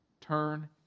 turn